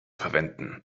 verwenden